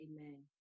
amen